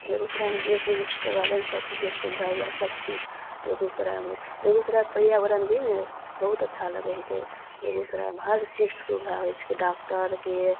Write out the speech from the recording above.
बेगूसरायमे जे चीज कहबय सबचीजके सुविधा उविधा सबचीज बेगूसरायमे बेगूसरायके पर्यावरण भी बहुत अच्छा लगय हिकै बेगूसरायमे हरचीजके सुविधा होइ छिकय डॉक्टरके